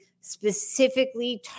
specifically